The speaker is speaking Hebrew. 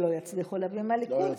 שלא יצליחו להביא מהליכוד,